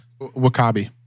Wakabi